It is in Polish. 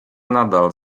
nadal